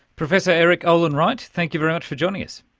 professor erik olin wright, thank you very much for joining us.